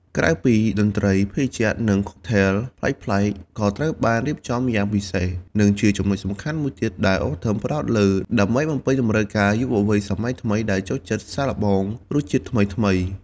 ក្រៅពីតន្ត្រី ភេសជ្ជៈ និង ខុកថេល ប្លែកៗ ក៏ត្រូវបានរៀបចំឡើងយ៉ាងពិសេស និងជាចំណុចសំខាន់មួយទៀតដែល អូ ថឹម ផ្ដោតលើ ដើម្បីបំពេញតម្រូវការយុវវ័យសម័យថ្មីដែលចូលចិត្តសាកល្បងរសជាតិថ្មីៗ។